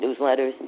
newsletters